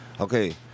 Okay